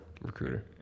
recruiter